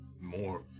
more